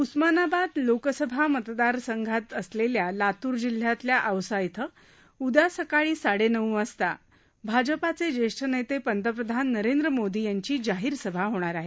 उस्मानाबाद लोकसभा मतदार संघात असलेल्या लातूर जिल्ह्यातल्या औसा िंग उद्या सकाळी साडे नऊ वाजता भाजपचे ज्येष्ठ नेते पंतप्रधान नरेंद्र मोदी यांची जाहीर सभा होणार आहे